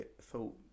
thought